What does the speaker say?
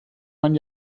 man